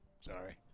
Sorry